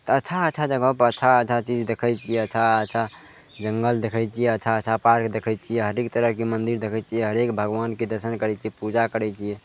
अच्छा अच्छा जगहपर अच्छा अच्छा चीज देखय छियै अच्छा अच्छा जङ्गल देखय छियै अच्छा अच्छा पार्क देखय छियै हरेक तरहके मन्दिर देखय छियै हरेक भगबानके दर्शन करय छियै पूजा करय छियै